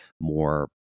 more